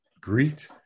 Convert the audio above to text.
greet